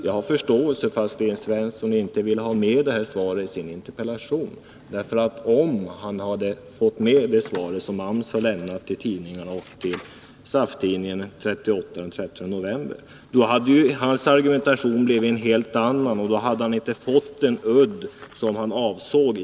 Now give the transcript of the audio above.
Jag har förståelse för att Sten Svensson inte vill ta med detta svar i sin interpellation. Om han hade tagit med det svar som AMS har lämnat till tidningarna och som publicerats i SAF-tidningen nr 38, av den 13 november, hade hans argumentation måst bli en helt annan, och då hade hans interpellation inte fått den udd som han avsett.